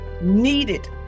needed